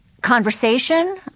Conversation